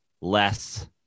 less